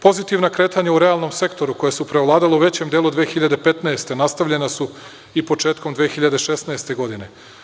Pozitivna kretanja u realnom sektoru koja su preovladala u većem delu 2015, nastavljena su i početkom 2016. godine.